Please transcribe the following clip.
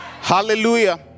Hallelujah